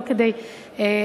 לא כדי להקניט,